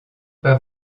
pas